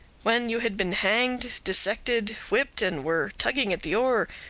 when you had been hanged, dissected, whipped, and were tugging at the oar,